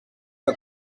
que